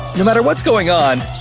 no matter what's going on,